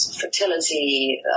fertility